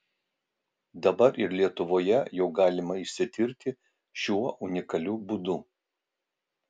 dabar ir lietuvoje jau galima išsitirti šiuo unikaliu būdu